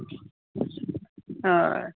होय